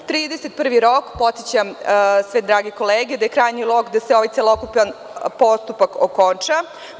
Podsećam sve drage kolege, 31. oktobar je krajnji rok da se ovaj celokupan postupak okonča.